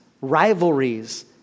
rivalries